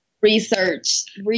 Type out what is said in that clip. Research